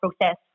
process